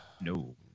No